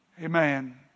Amen